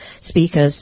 speakers